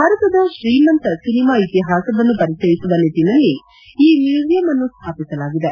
ಭಾರತದ ಶ್ರೀಮಂತ ಸಿನೆಮಾ ಇತಿಹಾಸವನ್ನು ಪರಿಚಯಿಸುವ ನಿಟ್ಟಿನಲ್ಲಿ ಈ ಮ್ಯೂಸಿಯಂ ಅನ್ನು ಸ್ಲಾಪಿಸಲಾಗಿದೆ